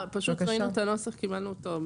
פשוט ראינו את הנוסח ורק קיבלנו אותו,